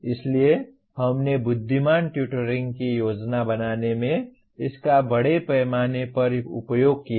इसलिए हमने बुद्धिमान टुटोरिंग की योजना बनाने में इसका बड़े पैमाने पर उपयोग किया है